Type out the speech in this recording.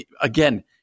again